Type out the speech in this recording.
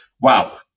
wow